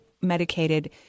medicated